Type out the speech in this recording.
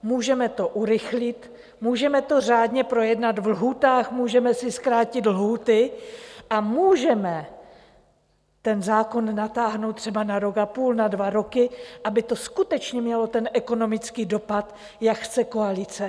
Můžeme to urychlit, můžeme to řádně projednat ve lhůtách, můžeme si zkrátit lhůty a můžeme ten zákon natáhnout třeba na rok a půl, na dva roky, aby to skutečně mělo ten ekonomický dopad, jak chce koalice.